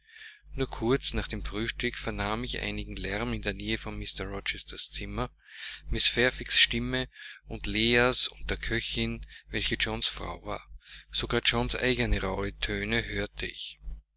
nur kurz nach dem frühstück vernahm ich einigen lärm in der nähe von mr rchesters zimmer mrs fairfaxs stimme und leahs und der köchin welche johns frau war sogar johns eigene rauhe töne hörte ich